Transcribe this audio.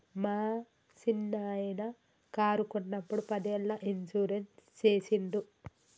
మా సిన్ననాయిన కారు కొన్నప్పుడు పదేళ్ళ ఇన్సూరెన్స్ సేసిండు